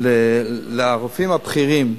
לרופאים הבכירים,